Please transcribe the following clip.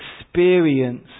experience